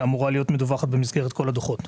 שאמורה להיות מדווחת במסגרת כל הדוחות.